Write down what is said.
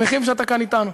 שמחים שאתה כאן אתנו.